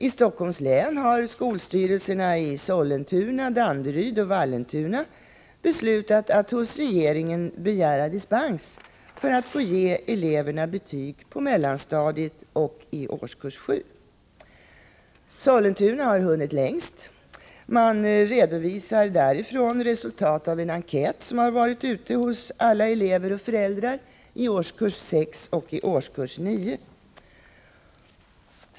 I Stockholms län har skolstyrelserna i Sollentuna, Danderyd och Vallentuna beslutat att hos regeringen begära dispens för att få ge eleverna betyg på mellanstadiet och i årskurs 7. Sollentuna kommun har hunnit längst och redovisar resultat av en enkät till alla elever och föräldrar i årskurs 6 och 9.